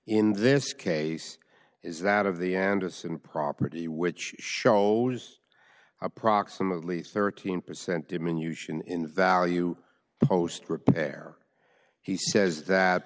in this case is that of the anderson property which shows approximately thirteen percent diminution in value post repair he says that